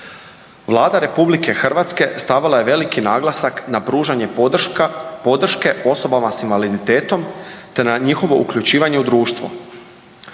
Vlada RH stavila je veliki naglasak na pružanje podrške osobama s invaliditetom te na njihovo uključivanje u društvo.